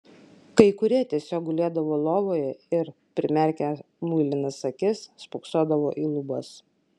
kai kurie tiesiog gulėdavo lovoje ir primerkę muilinas akis spoksodavo į lubas